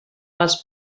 les